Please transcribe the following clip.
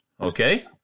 okay